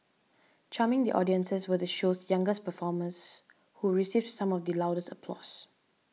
charming the audiences were the show's youngest performers who received some of the loudest applause